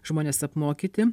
žmonės apmokyti